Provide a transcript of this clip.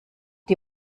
die